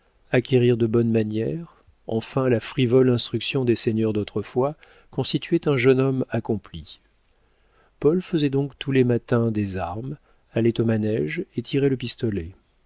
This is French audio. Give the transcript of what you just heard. acquérir de bonnes manières enfin la frivole instruction des seigneurs d'autrefois constituait un jeune homme accompli paul faisait donc tous les matins des armes allait au manége et tirait le pistolet